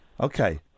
Okay